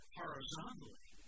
horizontally